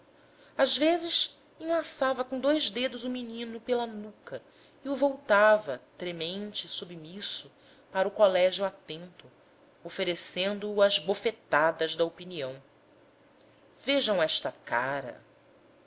às vezes enlaçava com dois dedos o menino pela nuca e o voltava fremente e submisso para o colégio atento oferecendo o às bofetadas da opinião vejam esta cara